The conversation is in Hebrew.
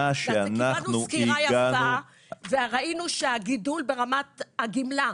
מה שאנחנו הגענו --- קיבלנו סקירה יפה וראינו שהגידול ברמת הגמלה,